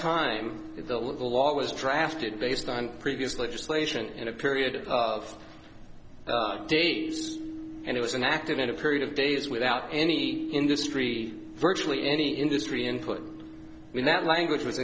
time the law was drafted based on previous legislation in a period of days and it was an active in a period of days without any industry virtually any industry input in that language was